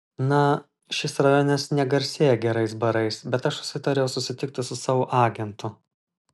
na šis rajonas negarsėja gerais barais bet aš susitariau susitikti su savo agentu